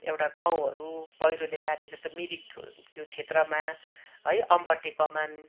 एउटा गाउँहरू पहिरोले लाने जस्तो मिरिक त्यो क्षेत्रमा है आम्बोटे कमान